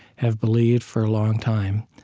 have believed for a long time,